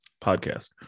podcast